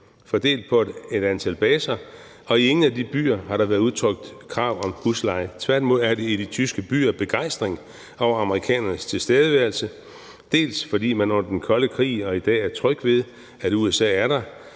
fordelt på et antal baser, og i ingen af de byer har der været udtrykt krav om husleje. Tværtimod er der i de tyske byer begejstring over amerikanernes tilstedeværelse, dels fordi man under den kolde krig og i dag er trygge ved, at USA er der,